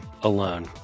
alone